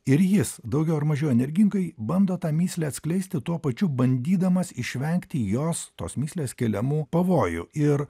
ir jis daugiau ar mažiau energingai bando tą mįslę atskleisti tuo pačiu bandydamas išvengti jos tos mįslės keliamų pavojų ir